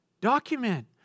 document